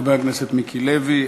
חבר הכנסת מיקי לוי.